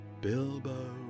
Bilbo